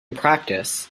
practice